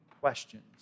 questions